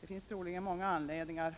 Det finns troligen många anledningar.